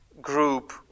group